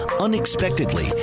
unexpectedly